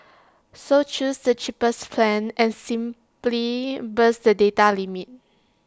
so choose the cheapest plan and simply bust the data limit